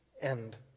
end